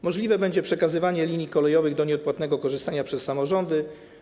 Możliwe będzie przekazywanie linii kolejowych do nieodpłatnego korzystania przez samorządy.